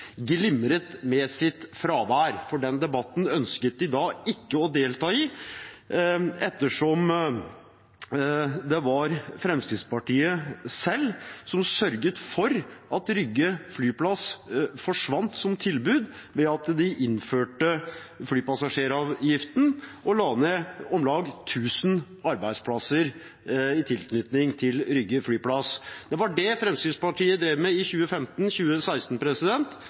glimret med sitt fravær. For den debatten ønsket de da ikke å delta i, ettersom det var Fremskrittspartiet selv som sørget for at Rygge flyplass forsvant som tilbud ved at de innførte flypassasjeravgiften og la ned om lag 1 000 arbeidsplasser i tilknytning til Rygge flyplass. Det var det Fremskrittspartiet drev med i